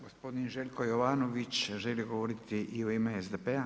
Gospodin Željko Jovanović želi govoriti i u ime SDP-a?